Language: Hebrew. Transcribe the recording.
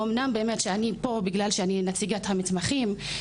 אמנם אני פה בגלל שאני נציגת המתמחים,